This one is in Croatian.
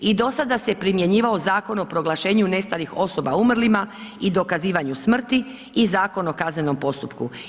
I do sada se primjenjivao Zakon o proglašenju nestalih osoba umrlima i dokazivanju smrti i Zakon o kaznenom postupku.